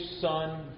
son